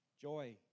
joy